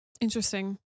Interesting